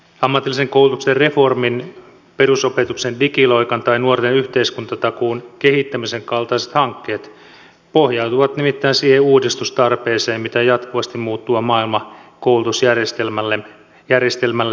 ammatillisen koulutuksen reformin perusopetuksen digiloikan tai nuorten yhteiskuntatakuun kehittämisen kaltaiset hankkeet pohjautuvat nimittäin siihen uudistustarpeeseen minkä jatkuvasti muuttuva maailma koulutusjärjestelmällemme asettaa